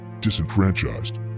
disenfranchised